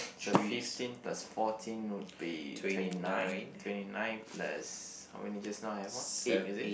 so fifteen plus fourteen would be twenty nine twenty nine plus how many just now I have one eight is it